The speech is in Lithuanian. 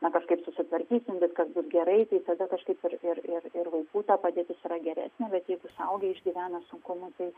na kažkaip susitvarkysim viskas bus gerai tada kažkaip ir ir vaikų padėtis yra geresnė bet jeigu suaugę išgyvena sunkumus tai